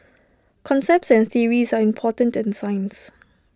concepts and theories are important in science